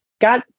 got